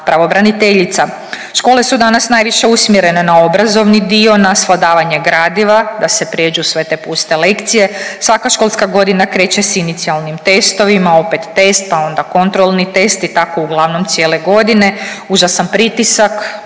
pravobraniteljica. Škole su danas najviše usmjerene na obrazovni dio, na svladavanje gradiva da se prijeđu sve te puste lekcije. Svaka školska godina kreće s inicijalnim testovima, opet test, pa onda kontrolni test i tako uglavnom cijele godine, užasan pritisak